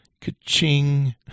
ka-ching